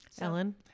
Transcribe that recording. Ellen